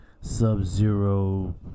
Sub-Zero